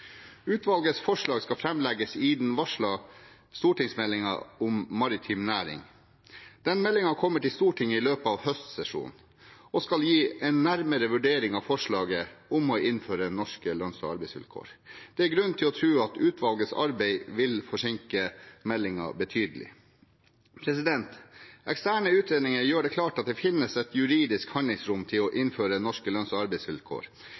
Utvalgets forslag skal framlegges i den varslede stortingsmeldingen om maritim næring. Den meldingen kommer til Stortinget i løpet av høstsesjonen og skal gi en nærmere vurdering av forslaget om å innføre norske lønns- og arbeidsvilkår. Det er grunn til å tro at utvalgets arbeid vil forsinke meldingen betydelig. Eksterne utredninger gjør det klart at det finnes et juridisk handlingsrom til å innføre norske lønns- og arbeidsvilkår.